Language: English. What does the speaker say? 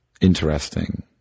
interesting